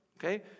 Okay